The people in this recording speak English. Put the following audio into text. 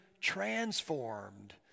transformed